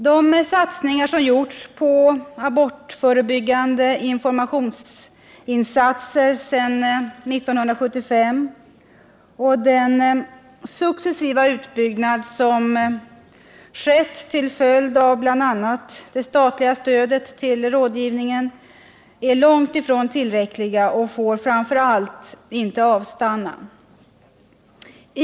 De satsningar som gjorts på abortförebyggande informationsinsatser sedan 1975 och den successiva utbyggnad som skett till följd av bl.a. det statliga stödet till preventivmedelsrådgivningen är långtifrån tillräckliga och får framför allt inte avstanna.